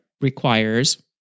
requires